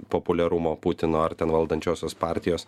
populiarumo putino ar ten valdančiosios partijos